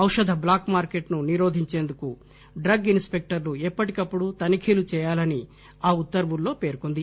ఔషధ ట్టాక్ మార్కెట్ ను నిరోధించేందుకు డ్రగ్ ఇస్ స్పెక్టర్లు ఎప్పటికప్పుడు తనిఖీ చేయాలని ఆ ఉత్తర్వుల్లో పేర్కొంది